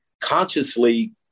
consciously